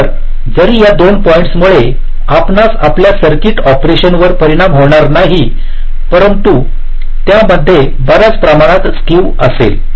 तर जरी या 2 पॉईंट्समुळे आपणास आपल्या सर्किट ऑपरेशन वर परिणाम होणार नाही परंतु त्यामध्ये बराच प्रमाणात स्केव असेल